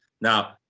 Now